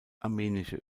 armenische